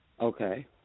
Okay